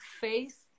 faith